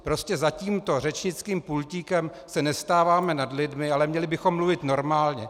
Prostě za tímto řečnickým pultíkem se nestáváme nadlidmi, ale měli bychom mluvit normálně.